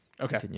Okay